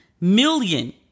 million